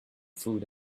food